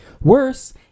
Worse